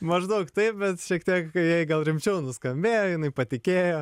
maždaug taip bet šiek tiek jai gal rimčiau nuskambėjo jinai patikėjo